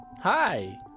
Hi